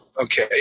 Okay